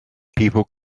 people